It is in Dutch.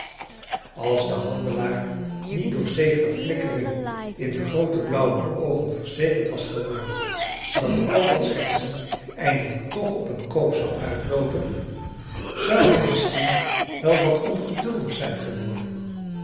als de handelaar niet door zekere flikkering in de groote blauwe oogen verzekerd was geworden dat al dat schertsen eindelijk toch op een koop zou uitloopen zou hij misschien wel wat ongeduldig zijn geworden